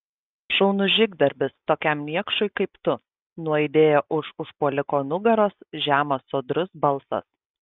šaunus žygdarbis tokiam niekšui kaip tu nuaidėjo už užpuoliko nugaros žemas sodrus balsas